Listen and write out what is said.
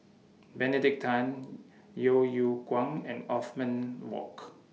Benedict Tan Yeo Yeow Kwang and Othman Wok